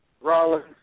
Rollins